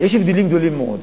יש הבדלים גדולים מאוד.